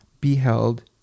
beheld